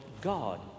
God